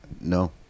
No